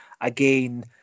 Again